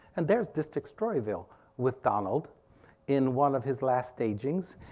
and there's district storyville with donald in one of his last stagings.